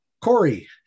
Corey